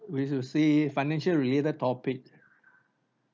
we should see financial related topic